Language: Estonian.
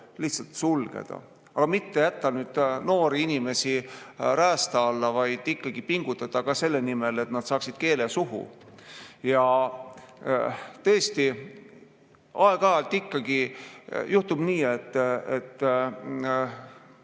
lihtsalt sulgeda, aga mitte jättes noori inimesi räästa alla, vaid ikkagi pingutades selle nimel, et nad saaksid keele suhu. Tõesti, aeg-ajalt ikkagi juhtub nii, et